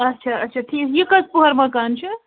اَچھا اَچھا ٹھیٖک یہِ کٔژ پۅہَر مَکان چھُ